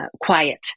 quiet